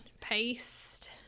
paste